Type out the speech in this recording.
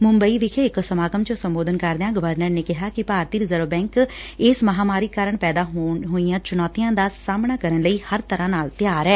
ਮੁੰਬਈ ਵਿਖੇ ਇਕ ਸਮਾਗਮ ਚ ਸੰਬੋਧਨ ਕਰਦਿਆਂ ਗਵਰਨਰ ਨੇ ਕਿਹਾ ਕਿ ਭਾਰਤੀ ਰਿਜ਼ਰਵ ਬੈਂਕ ਇਸ ਮਹਾਮਾਰੀ ਕਾਰਨ ਪੈਦਾ ਹੋਈਆਂ ਚੁਣੌਤੀਆਂ ਦਾ ਸਾਹਮਣਾ ਕਰਨ ਲਈ ਹਰ ਤਰਾਂ ਨਾਲ ਤਿਆਰ ਐ